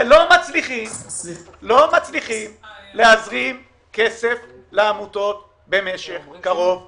ולא מצליחים להזרים כסף לעמותות במשך קרוב לשנה.